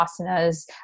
asanas